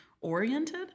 oriented